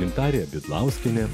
gintarė bidlauskienė